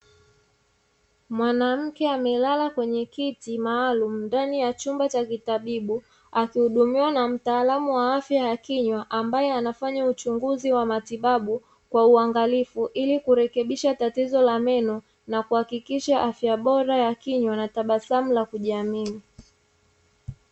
Mwanamke amelala kwenye kiti maalumu ndani ya chumba cha kitabibu, akihudumiwa na mtaalamu wa afya ya kinywa ambaye anafanya uchunguzi wa matibabu kwa uangalifu, ili kurekebisha tatizo la meno na kuhakikisha afya bora ya kinywa na tabasamu na kujiamini.